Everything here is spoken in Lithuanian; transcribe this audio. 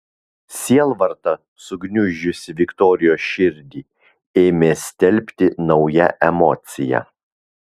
sielvartą sugniuždžiusį viktorijos širdį ėmė stelbti nauja emocija